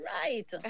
Right